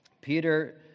Peter